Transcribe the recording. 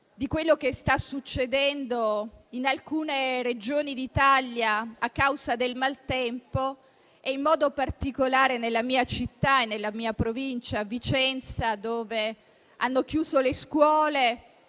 di quello che sta succedendo in alcune Regioni d'Italia a causa del maltempo, in modo particolare nella mia città e nella mia provincia, Vicenza, dove hanno chiuso le scuole